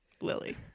Lily